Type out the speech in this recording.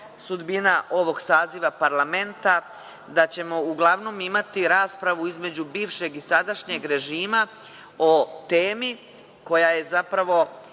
sudbina ovog saziva parlamenta, da ćemo uglavnom imati raspravu između bivšeg i sadašnjeg režima, o temi koju zapravo